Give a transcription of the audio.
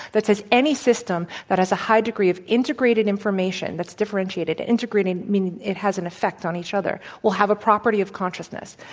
that says any system that has a high degree of integrated information that's differentiated integrated meaning it has an effect on each other will have a property of consciousness.